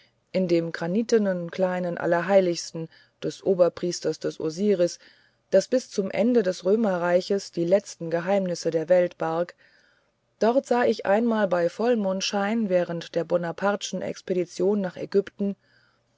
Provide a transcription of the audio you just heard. in dem granitenen kleinen allerheiligsten des oberpriesters des osiris das bis zum ende des römerreichs die letzten geheimnisse der welt barg dort sah ich einmal bei vollmondschein während der bonaparteschen expedition nach ägypten